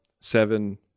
Seven